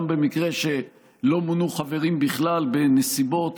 גם במקרה שלא מונו בכלל חברים בנסיבות